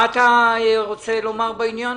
מה אתה רוצה לומר בעניין?